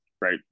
right